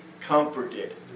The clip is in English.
comforted